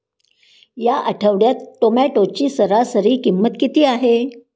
या आठवड्यात टोमॅटोची सरासरी किंमत किती आहे?